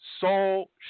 Soul